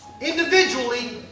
individually